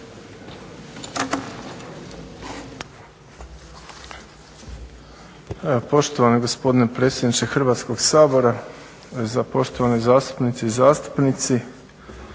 Poštovani gospodine predsjedniče Hrvatskog sabora, poštovani zastupnice i zastupnici.